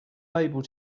able